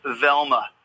Velma